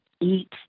eat